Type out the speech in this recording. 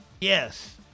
Yes